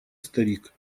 старик